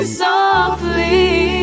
softly